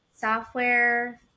software